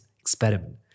experiment